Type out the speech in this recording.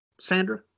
Sandra